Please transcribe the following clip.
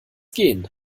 gehen